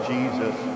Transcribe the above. Jesus